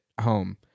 home